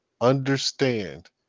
understand